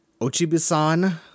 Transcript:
Ochibisan